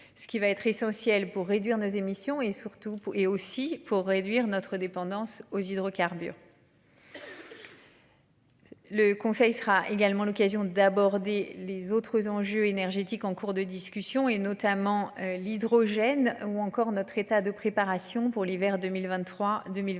Ce qui va être essentielle pour réduire nos émissions et surtout et aussi pour réduire notre dépendance aux hydrocarbures. Le Conseil sera également l'occasion d'aborder les autres enjeux énergétiques en cours de discussion et notamment l'hydrogène ou encore notre état de préparation pour l'hiver 2023 2024.